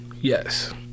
yes